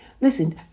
listen